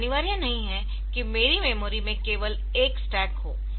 यह अनिवार्य नहीं है कि मेरी मेमोरी में केवल एक स्टैक हो